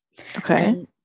okay